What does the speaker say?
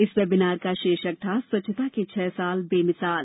इस वेबिनार का शीर्षक था स्वच्छता के छह साल बेमिसाल